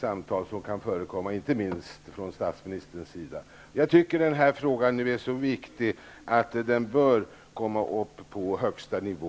samtal som kan förekomma inte minst från statsministerns sida. Jag tycker att denna fråga nu är så viktig att den bör komma upp på högsta nivå.